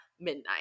midnight